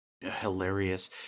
Hilarious